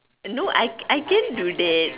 no I I can do that